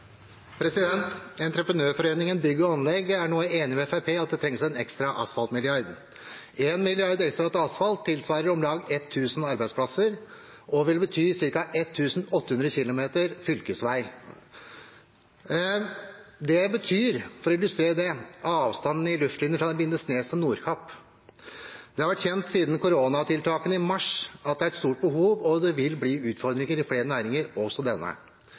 Entreprenørforeningen – Bygg og Anlegg er nå enig med Fremskrittspartiet i at det trengs en ekstra asfaltmilliard. En milliard ekstra til asfalt tilsvarer om lag 1 000 arbeidsplasser og vil bety ca. 1 800 km fylkesvei. Det betyr, for å illustrere det, avstanden i luftlinje fra Lindesnes til Nordkapp. Det har vært kjent siden koronatiltakene i mars at det er et stort behov, og at det vil bli utfordringer i flere næringer – også denne.